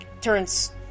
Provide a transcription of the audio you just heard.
turns